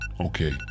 Okay